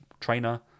trainer